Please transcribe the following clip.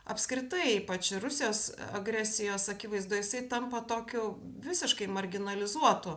apskritai ypač rusijos agresijos akivaizdoj jisai tampa tokiu visiškai marginalizuotu